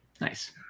Nice